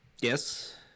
Yes